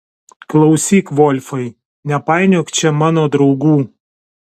klausyk volfai nepainiok čia mano draugų